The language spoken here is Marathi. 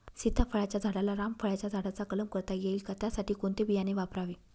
सीताफळाच्या झाडाला रामफळाच्या झाडाचा कलम करता येईल का, त्यासाठी कोणते बियाणे वापरावे?